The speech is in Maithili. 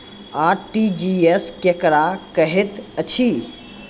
आर.टी.जी.एस केकरा कहैत अछि?